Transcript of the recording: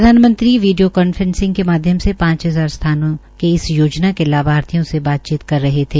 प्रधानमंत्री video conferencing के माध्यम से पांच हजार सथानों के इस योजना के लाभार्थियों से बातचीत कर रहे थे